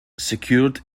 secured